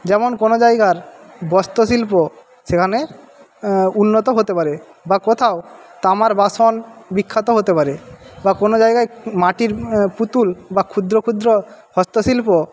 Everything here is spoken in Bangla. যেমন কোনো জায়গার বস্ত্রশিল্প সেখানে উন্নত হতে পারে বা কোথাও তামার বাসন বিখ্যাত হতে পারে বা কোনো জায়গায় মাটির পুতুল বা ক্ষুদ্র ক্ষুদ্র হস্তশিল্প